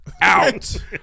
Out